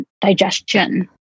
digestion